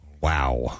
Wow